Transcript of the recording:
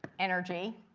energy